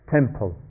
temple